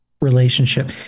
relationship